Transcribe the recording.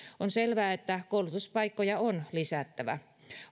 on selvää että koulutuspaikkoja on lisättävä